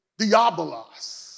diabolos